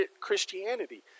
Christianity